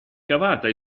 cavata